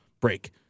Break